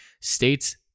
states